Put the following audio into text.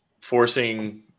forcing